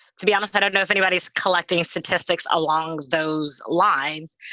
to be honest, i don't know if anybody's collecting statistics along those lines,